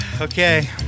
Okay